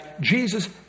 Jesus